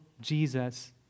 Jesus